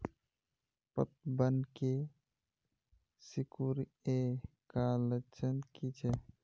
पतबन के सिकुड़ ऐ का लक्षण कीछै?